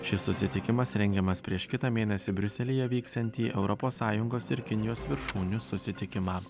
šis susitikimas rengiamas prieš kitą mėnesį briuselyje vyksiantį europos sąjungos ir kinijos viršūnių susitikimą